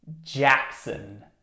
Jackson